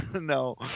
no